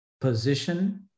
position